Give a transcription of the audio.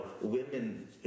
women